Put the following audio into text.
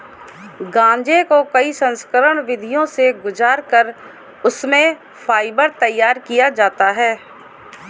गांजे को कई संस्करण विधियों से गुजार कर उससे फाइबर तैयार किया जाता है